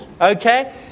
okay